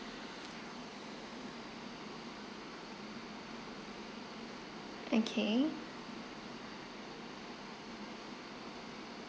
okay